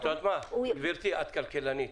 את כלכלנית.